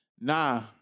Nah